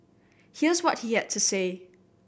here's what he had to say